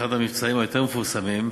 אחד המבצעים היותר-מפורסמים,